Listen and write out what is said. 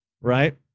right